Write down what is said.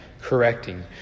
correcting